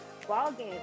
ballgame